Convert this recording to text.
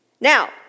Now